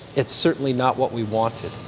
it's certainly not what we wanted.